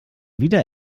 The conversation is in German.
wieder